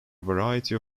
variety